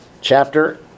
chapter